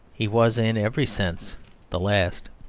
he was in every sense the last.